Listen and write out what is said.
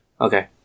Okay